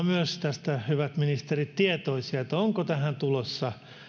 myös varmaan tästä tietoisia onko tähän tulossa